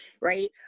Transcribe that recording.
right